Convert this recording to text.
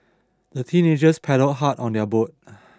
the teenagers paddled hard on their boat